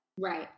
right